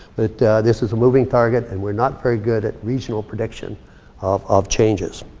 but this is a moving target, and we're not very good at regional prediction of of changes.